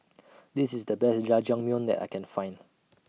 This IS The Best Jajangmyeon that I Can Find